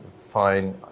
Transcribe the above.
fine